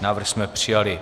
Návrh jsme přijali.